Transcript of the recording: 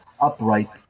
upright